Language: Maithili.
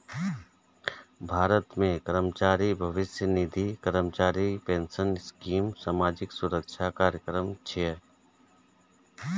भारत मे कर्मचारी भविष्य निधि, कर्मचारी पेंशन स्कीम सामाजिक सुरक्षा कार्यक्रम छियै